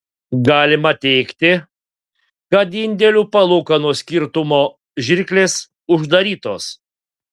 galima teigti kad indėlių palūkanų skirtumo žirklės uždarytos